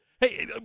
Hey